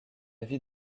vie